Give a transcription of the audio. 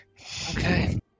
Okay